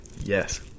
Yes